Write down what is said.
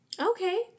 Okay